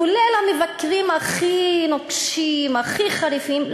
כולל המבקרים הכי נוקשים והכי חריפים שלו,